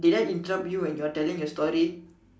did I interrupt you when you are telling your story